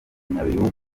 nyabihu